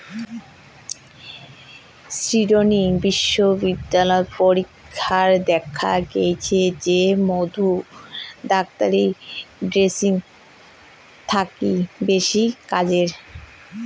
Sydney বিশ্ববিদ্যালয়ত পরীক্ষাত দ্যাখ্যা গেইচে যে মধু ডাক্তারী ড্রেসিং থাকি বেশি কাজের